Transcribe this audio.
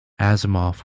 asimov